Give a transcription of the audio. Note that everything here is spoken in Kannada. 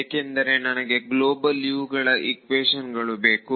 ಏಕೆಂದರೆ ನನಗೆ ಗ್ಲೋಬಲ್ ಗಳ ಇಕ್ವೇಶನ್ ಗಳು ಬೇಕು